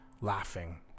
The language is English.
Laughing